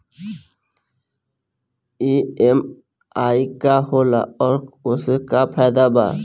EMI का होला और ओसे का फायदा बा?